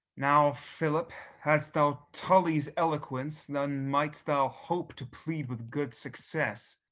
now philip, hadst thou tully's eloquence, then might'st thou hope to plead with good success.